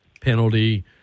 penalty